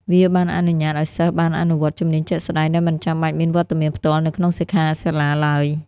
វាបានអនុញ្ញាតឱ្យសិស្សបានអនុវត្តជំនាញជាក់ស្តែងដោយមិនចាំបាច់មានវត្តមានផ្ទាល់នៅក្នុងសិក្ខាសាលាឡើយ។